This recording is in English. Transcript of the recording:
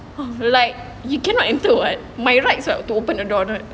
like you cannot enter [what] my rights [what] to open the door or not